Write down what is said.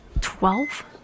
Twelve